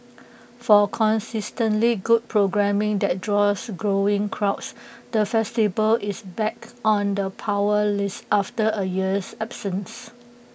for consistently good programming that draws growing crowds the festival is back on the power list after A year's absence